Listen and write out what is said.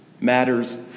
matters